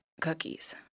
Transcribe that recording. cookies